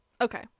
Okay